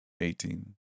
Eighteen